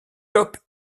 top